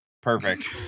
Perfect